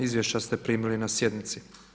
Izvješća ste primili na sjednici.